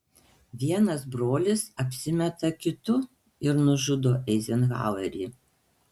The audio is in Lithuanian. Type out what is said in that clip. vienas brolis apsimeta kitu ir nužudo eizenhauerį